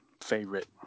favorite